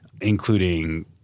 including